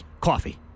Coffee